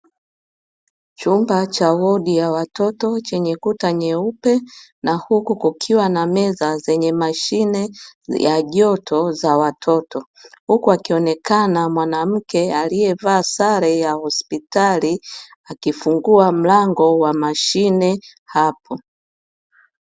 Chumba cha wodi ya watoto chenye kuta nyeupe, na huku kukiwa na meza zenye mashine ya joto za watoto. Huku akionekana mwanamke aliyevaa sare ya hospitali, akifungua mlango wa mashine hapo.